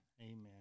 amen